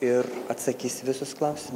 ir atsakys visus klausimus